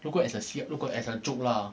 如果 as a sl~ 如果 as a joke lah